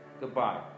Goodbye